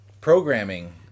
programming